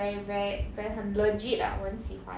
very very very 很 legit ah 我很喜欢